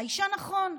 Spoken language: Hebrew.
האישה: נכון,